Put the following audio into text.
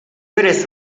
eres